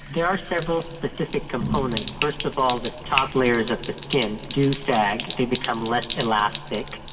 there are several specific components. first of all the top layers of the skin do sag, they become less elastic,